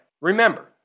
Remember